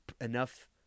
enough